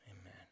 Amen